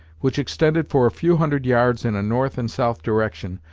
which extended for a few hundred yards in a north and south direction,